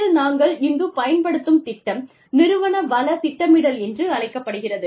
யில் நாங்கள் இங்குப் பயன்படுத்தும் திட்டம் நிறுவன வள திட்டமிடல் என்று அழைக்கப்படுகிறது